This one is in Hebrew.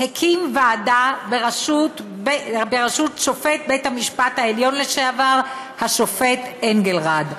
הקים ועדה בראשות שופט בית המשפט העליון לשעבר השופט אנגלרד.